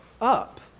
up